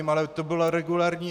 Ale to bylo regulérní.